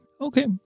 okay